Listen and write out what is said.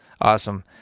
awesome